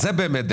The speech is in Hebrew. זו דמגוגיה.